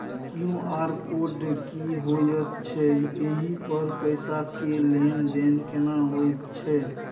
QR code की होयत छै एहि पर पैसा के लेन देन केना होयत छै?